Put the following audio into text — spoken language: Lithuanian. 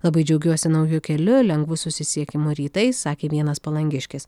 labai džiaugiuosi nauju keliu lengvu susisiekimu rytais sakė vienas palangiškis